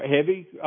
heavy